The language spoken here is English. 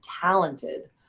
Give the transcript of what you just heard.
talented